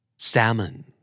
Salmon